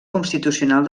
constitucional